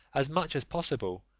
as much as possible,